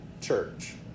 church